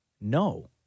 No